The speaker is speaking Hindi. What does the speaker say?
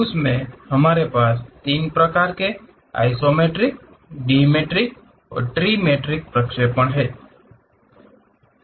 उस में हमारे पास 3 प्रकार के आइसोमेट्रिक डिमेट्रिक और ट्रिममेट्रिक प्रक्षेपण हैं